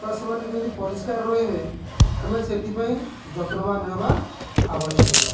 ବା ସେମାନେ କେମିତି ପରିଷ୍କାର ରହିବେ ଆମେ ସେଥିପାଇଁ ଯତ୍ନବାନ ହେବା ଆବଶ୍ୟକ